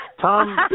Tom